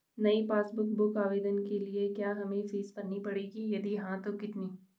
नयी passbook book आवेदन के लिए क्या हमें फीस भरनी पड़ेगी यदि हाँ तो कितनी?